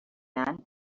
man